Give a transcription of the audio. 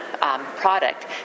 Product